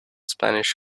spanish